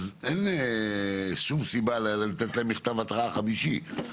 אין שום סיבה לתת להם מכתב התראה חמישי.